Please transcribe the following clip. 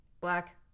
Black